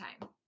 time